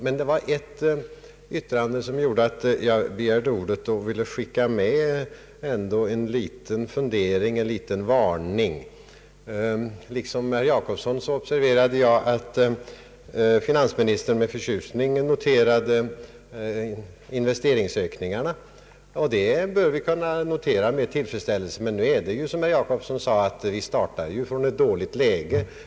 Finansministern fällde emellertid ett yttrande som föranlett mig att begära ordet för att skicka med en liten varning. Liksom herr Gösta Jacobsson observerade jag att finansministern med förtjusning noterade investeringsökningarna. Dem bör vi kunna känna tillfredsställelse över, men — som herr Jacobsson påpekade — vi startade från ett dåligt läge.